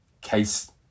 case